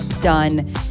done